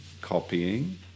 copying